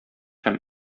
һәм